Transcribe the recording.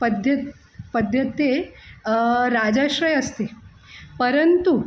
पद्धते पद्धते राजाश्रयः अस्ति परन्तु